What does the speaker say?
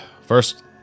First